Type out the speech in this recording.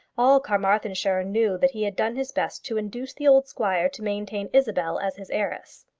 all carmarthenshire knew that he had done his best to induce the old squire to maintain isabel as his heiress.